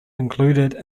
included